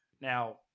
Now